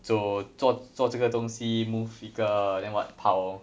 走做做这个东西 move 一个 then what 跑